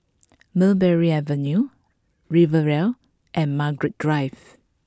Mulberry Avenue Riviera and Margaret Drive